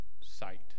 sight